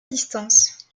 distance